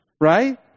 right